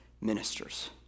ministers